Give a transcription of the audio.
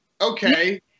okay